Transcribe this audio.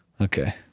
Okay